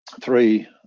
three